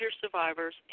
survivors